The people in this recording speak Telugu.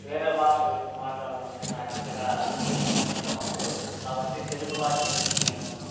వేరే భాష గురించి మాట్లాడాలంటే నాకు అంతగా ఇష్టం ఉండదు కాబట్టి తెలుగు భాష గురించి నేను